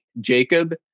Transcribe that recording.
Jacob